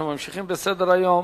אנחנו ממשיכים בסדר-היום,